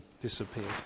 disappeared